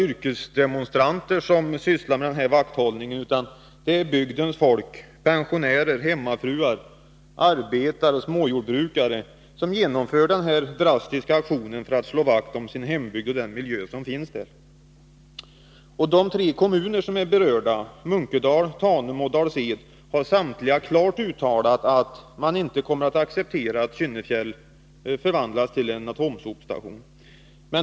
yrkesdemonstranter som sysslar med denna vakthållning, utan det är bygdens folk — pensionärer, hemmafruar, arbetare och småjordbrukare — som genomför denna drastiska aktion för att slå vakt om sin hembygd och den miljö som finns där. De tre kommuner som är berörda, Munkedal, Tanum och Dals-Ed, har samtliga klart uttalat att de inte kommer att acceptera att Kynnefjäll förvandlas till en atomsopstation.